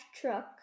truck